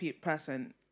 person